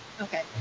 Okay